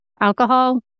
Alcohol